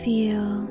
Feel